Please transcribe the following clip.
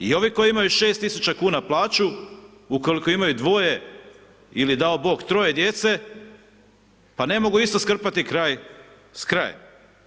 I ovi koji imaju 6.000,00 kn plaću ukoliko imaju dvoje ili dao Bog troje djece, pa ne mogu isto skrpati kraj s krajem.